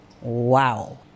Wow